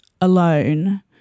alone